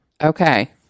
Okay